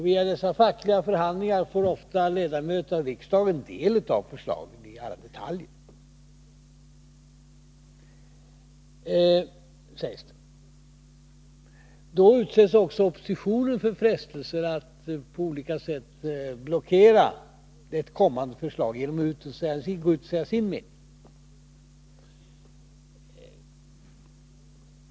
Via dessa fackliga förhandlingar får ofta ledamöter av riksdagen del av förslagen i alla detaljer, sägs det. Då utsätts också oppositionen för frestelser att på olika sätt blockera ett kommande förslag genom att gå ut och säga sin mening.